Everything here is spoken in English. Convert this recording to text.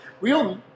Real